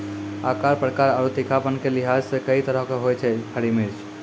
आकार, प्रकार आरो तीखापन के लिहाज सॅ कई तरह के होय छै हरी मिर्च